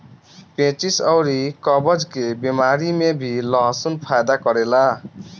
पेचिस अउरी कब्ज के बेमारी में भी लहसुन फायदा करेला